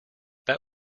that